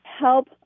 help